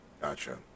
Gotcha